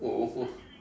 oh